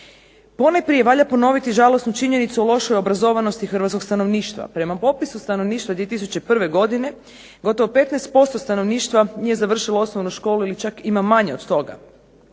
Ponajprije valja ponoviti žalosnu činjenicu lošoj obrazovanosti hrvatskog stanovništva. Prema popisu stanovništva 2001. godine gotovo 15% stanovništva nije završilo osnovnu školu ili čak ima manje od toga,